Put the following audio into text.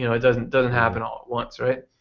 you know it doesn't doesn't happen all at once, right?